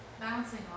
bouncing